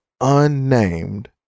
unnamed